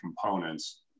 components